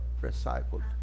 recycled